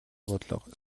бодлого